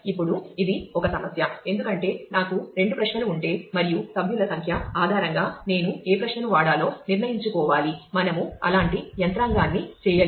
ఇప్పుడు ఇది ఒక సమస్య ఎందుకంటే నాకు రెండు ప్రశ్నలు ఉంటే మరియు సభ్యుల సంఖ్య ఆధారంగా నేను ఏ ప్రశ్నను వాడాలో నిర్ణయించుకోవాలి మనము అలాంటి యంత్రాంగాన్ని చేయలేదు